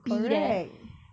correct